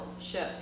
shift